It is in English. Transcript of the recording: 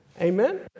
amen